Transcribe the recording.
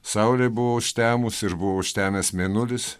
saulė buvo užtemus ir buvo užtemęs mėnulis